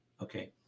Okay